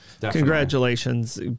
congratulations